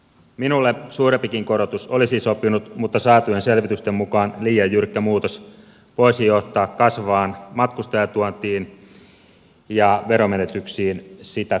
minulle suurempikin korotus olisi sopinut mutta saatujen selvitysten mukaan liian jyrkkä muutos voisi johtaa kasvavaan matkustajatuontiin ja veromenetyksiin sitä kautta